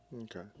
Okay